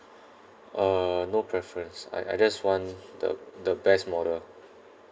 uh no preference I I just want the the best model